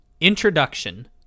Introduction